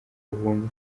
ubundi